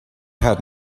had